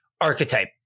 archetype